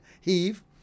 Heave